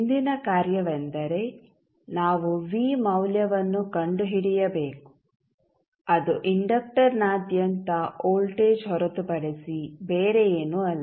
ಮುಂದಿನ ಕಾರ್ಯವೆಂದರೆ ನಾವು v ಮೌಲ್ಯವನ್ನು ಕಂಡುಹಿಡಿಯಬೇಕು ಅದು ಇಂಡಕ್ಟರ್ನಾದ್ಯಂತ ವೋಲ್ಟೇಜ್ ಹೊರತುಪಡಿಸಿ ಬೇರೆ ಏನೂ ಅಲ್ಲ